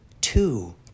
two